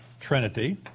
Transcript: trinity